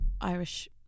irish